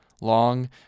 Long